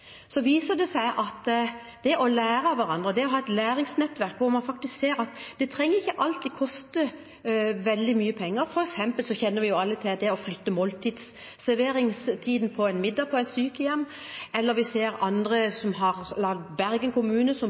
viser det at det å lære av hverandre, det å ha et læringsnettverk, ikke alltid trenger å koste veldig mye penger. For eksempel kjenner vi alle til det å flytte serveringstiden for middagen på et sykehjem, eller vi ser at andre kommuner, som Bergen, har spisevenner, som man får med seg på kjøpet og får to måltider på døra. I min kommune,